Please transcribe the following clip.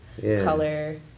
color